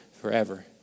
forever